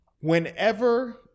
whenever